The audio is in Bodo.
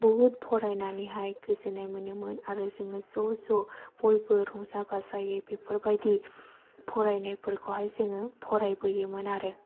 बहुद फरायनानैहाय गोजोननाय मोनोमोन आरो जोङो ज' ज' बयबो रंजा बाजायै बेफोरबायदि फरायनायफोरखौहाय जोङो फरायबोयोमोन आरो